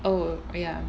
oh ya